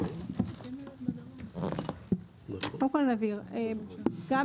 (היו"ר דוד ביטן, 13:07) קודם כול, נבהיר: גם